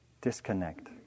disconnect